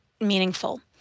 meaningful